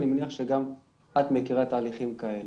אני מניח שגם את מכירה תהליכים כאלה.